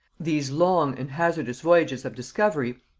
these long and hazardous voyages of discovery,